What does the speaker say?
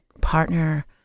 partner